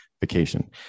vacation